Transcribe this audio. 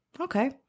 Okay